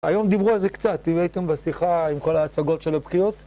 היום דיברו על זה קצת, הראיתם בשיחה עם כל ההצגות של הפקיעות?